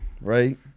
right